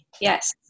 yes